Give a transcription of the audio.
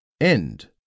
End